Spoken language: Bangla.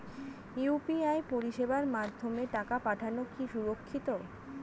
ইউ.পি.আই পরিষেবার মাধ্যমে টাকা পাঠানো কি সুরক্ষিত?